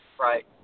right